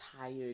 tired